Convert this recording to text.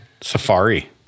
safari